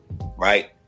Right